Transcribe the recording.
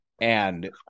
And-